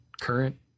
current